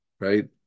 right